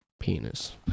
penis